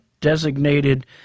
designated